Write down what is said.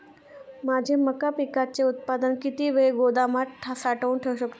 माझे मका पिकाचे उत्पादन किती वेळ गोदामात साठवू शकतो?